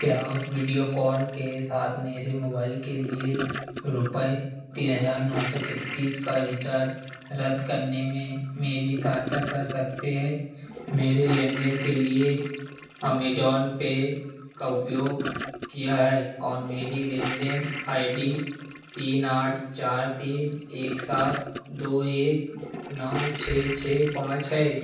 क्या आप वीडियोकॉन के साथ मेरे मोबाइल के लिए रुपये तीन हज़ार नौ सौ तैंतीस का रिचार्ज रद्द करने में मेरी सहायता कर सकते हैं मैंने लेन देन के लिए अमेज़ॉन पे का उपयोग किया है और मेरा लेन देन तीन आठ चार तीन एक सात दो एक नौ छः छः पाँच है